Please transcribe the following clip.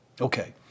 Okay